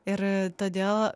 ir todėl